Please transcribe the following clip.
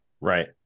Right